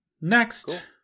Next